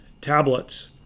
tablets